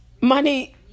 Money